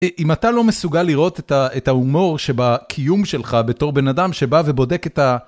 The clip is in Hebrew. אם אתה לא מסוגל לראות את ההומור שבקיום שלך בתור בן אדם שבא ובודק את ה...